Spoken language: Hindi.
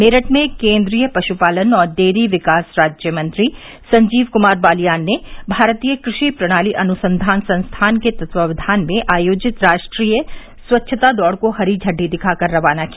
मेरठ में केन्द्रीय पशु पालन और डेरी विकास राज्य मंत्री संजीव कुमार बालियान ने भारतीय कृषि प्रणाली अनुसंधान संस्थान के तत्वावधान में आयोजित राष्ट्रीय स्वच्छता दौड़ को हरी झंडी दिखाकर रवाना किया